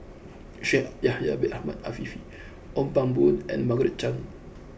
Shaikh Yahya Bin Ahmed Afifi Ong Pang Boon and Margaret Chan